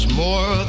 more